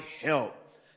help